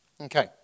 Okay